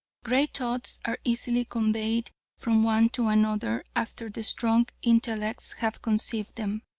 great thoughts are easily conveyed from one to another after the strong intellects have conceived them.